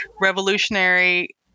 revolutionary